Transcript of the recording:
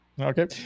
Okay